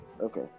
Okay